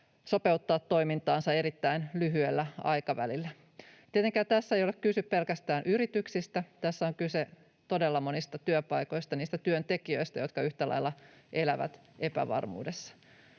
sopeuttaa toimintaansa erittäin lyhyellä aikavälillä. Tietenkään tässä ei ole kyse pelkästään yrityksistä, tässä on kyse todella monista työpaikoista, niistä työntekijöistä, jotka yhtä lailla elävät epävarmuudessa.